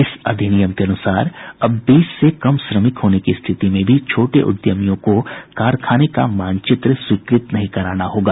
इस अधिनियम के अनुसार अब बीस से कम श्रमिक होने की स्थिति में भी छोटे उद्यमियों को कारखाने का मानचित्र स्वीकृत नहीं कराना होगा